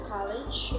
College